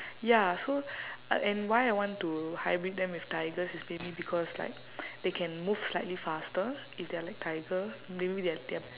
ya so uh and why I want to hybrid them with tigers is maybe because like they can move slightly faster if they are like tiger maybe they are they are